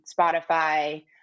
Spotify